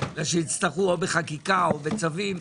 ויצטרכו או בחקיקה או בצווים,